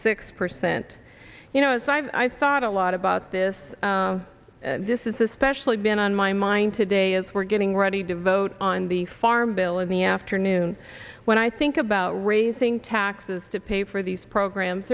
six percent you know so i thought a lot about this this is especially been on my mind today as we're getting ready to vote on the farm bill in the afternoon when i think about raising taxes to pay for these programs